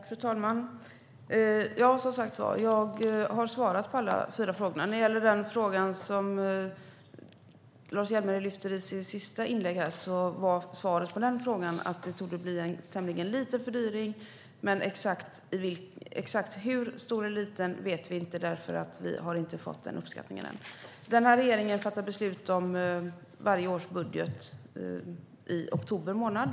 Fru talman! Jag har som sagt var redan svarat på alla de fyra frågorna. När det gäller den fråga som Lars Hjälmered lyfter i sitt sista inlägg här var svaret att det torde bli en tämligen liten fördyring, men exakt hur stor eller liten vet vi inte eftersom vi inte har fått den uppskattningen än. Den här regeringen fattar beslut om varje års budget i oktober månad.